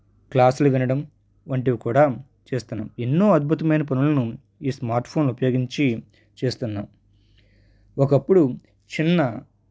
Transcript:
క్లాసులు వినడం వంటివి కూడా చేస్తున్నాం ఎన్నో అద్భుతమైన పనులను ఈ స్మార్ట్ ఫోన్లు ఉపయోగించి చేస్తున్నాం ఒకప్పుడు చిన్న